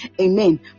Amen